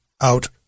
out